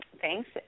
Thanks